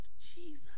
Jesus